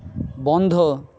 বন্ধ